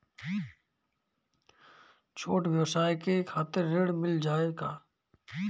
छोट ब्योसाय के खातिर ऋण मिल जाए का?